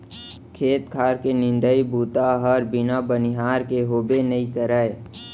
खेत खार के निंदई बूता हर बिना बनिहार के होबे नइ करय